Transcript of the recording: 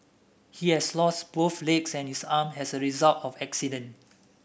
he lost both legs and his arm as a result of the accident